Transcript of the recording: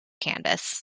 canvas